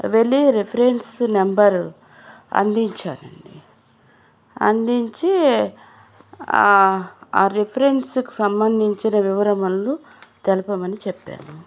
వెళ్ళి reference number అందించారండి అందించి ఆ రిఫరెన్స్కు సంబంధించిన వివరములు తెలపమని చెప్పాను